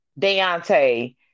Deontay